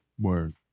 Word